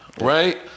right